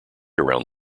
around